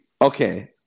okay